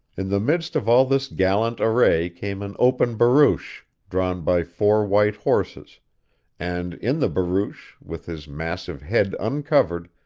in the midst of all this gallant array came an open barouche, drawn by four white horses and in the barouche, with his massive head uncovered,